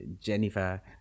Jennifer